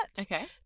Okay